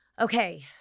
okay